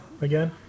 again